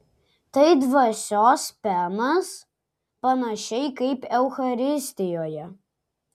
tai dvasios penas panašiai kaip eucharistijoje